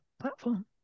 platform